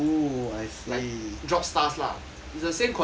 like drop stuff lah it's the same concept as